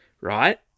right